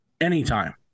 Anytime